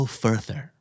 further